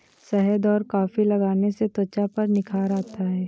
शहद और कॉफी लगाने से त्वचा पर निखार आता है